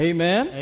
Amen